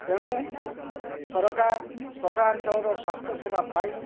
ତେଣୁ ସରକାର ସହରାଞ୍ଚଳର ସ୍ୱାସ୍ଥ୍ୟସେବା ପାଇଁ